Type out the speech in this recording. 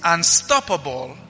Unstoppable